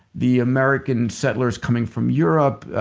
the american settlers coming from europe,